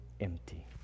empty